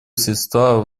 средства